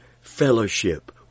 Fellowship